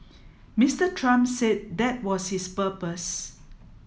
Mister Trump said that was his purpose